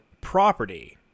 property